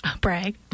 brag